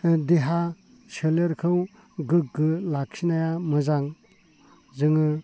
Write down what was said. देहा सोलेरखौ गोग्गो लाखिनाया मोजां जोङो